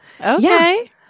Okay